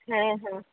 হ্যাঁ হ্যাঁ